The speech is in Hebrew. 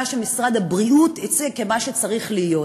שמשרד הבריאות הציג כְמה שצריך להיות.